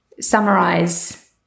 summarize